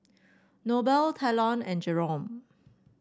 Noble Talon and Jerome